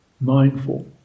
Mindful